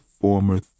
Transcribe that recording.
former